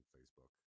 Facebook